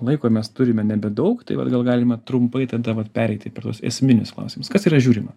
laiko mes turime nebedaug tai vat gal galima trumpai tada vat pereiti per tuos esminius klausimus kas yra žiūrima